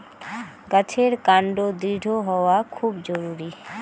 গাছের কান্ড দৃঢ় হওয়া খুব জরুরি